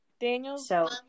Daniel